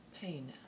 pain